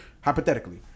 hypothetically